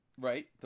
Right